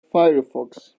firefox